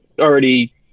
already